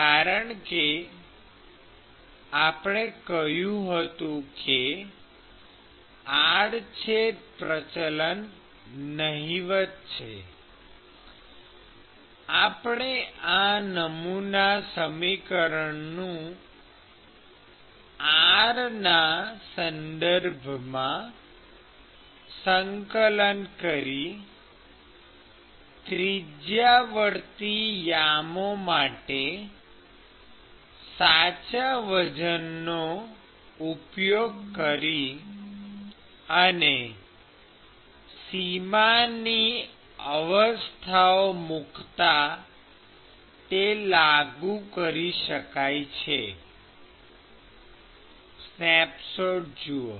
કારણકે આપણે કહ્યું હતું કે આડછેદ પ્રચલન નહિવત છે આપણે આ નમૂના સમીકરણનું r ના સંદર્ભમાં સંકલન કરી ત્રિજયાવર્તી યામો માટે સાચા વજનનો ઉપયોગ કરી અને સીમાની અવસ્થાઓ મૂકતાં તે લાગુ કરી શકીએ છીએ સ્નેપશોટ જુઓ